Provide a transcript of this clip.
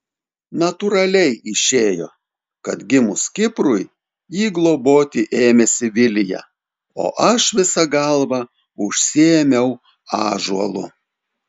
natūraliai išėjo kad gimus kiprui jį globoti ėmėsi vilija o aš visa galva užsiėmiau ąžuolu